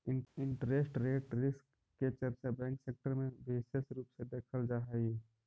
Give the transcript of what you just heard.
interest rate risk के चर्चा bank sector में विशेष रूप से देखल जा हई